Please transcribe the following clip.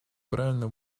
правильно